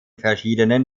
verschiedenen